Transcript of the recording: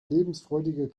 lebensfreudiger